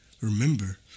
remember